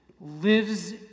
lives